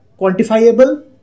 quantifiable